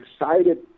excited